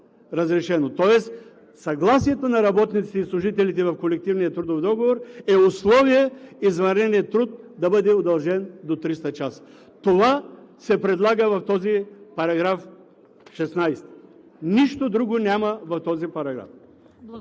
Тоест съгласието на работниците и служителите в колективния трудов договор е условие извънредният труд да бъде удължен до 300 часа. Това се предлага в § 16. Нищо друго няма в този параграф.